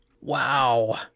Wow